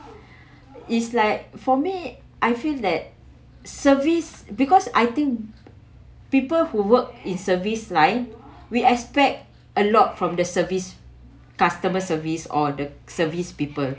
is like for me I feel that service because I think people who work in service line we expect a lot from the service customer service or the service people